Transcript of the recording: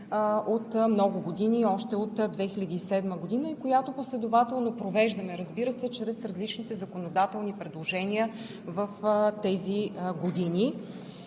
от много години – още от 2007 г., и която последователно провеждаме, разбира се, чрез различните законодателни предложения в тези години.